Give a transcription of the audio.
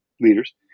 leaders